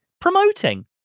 promoting